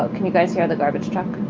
so can you guys hear the garbage truck?